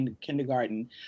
kindergarten